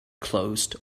closed